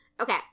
Okay